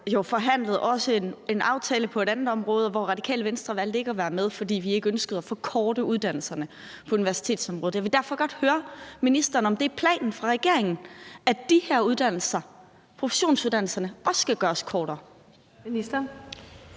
forhandlet en aftale på et andet område, hvor Radikale Venstre valgte ikke at være med, fordi vi ikke ønskede at forkorte uddannelserne på universitetsområdet. Jeg vil derfor godt høre ministeren, om det er planen fra regeringen, at de her uddannelser, professionsuddannelserne, også skal gøres kortere.